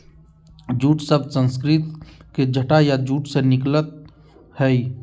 jute शब्द संस्कृत के जटा या जूट से निकलल हइ